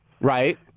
Right